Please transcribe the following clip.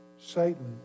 Satan